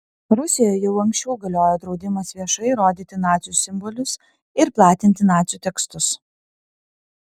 rusijoje jau anksčiau galiojo draudimas viešai rodyti nacių simbolius ir platinti nacių tekstus